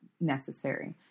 necessary